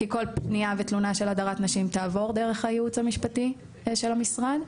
כי כל פנייה ותלונה של הדרת שנים תעבור דרך הייעוץ המשפטי של המשרד.